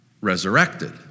resurrected